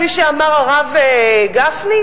כפי שאמר הרב גפני,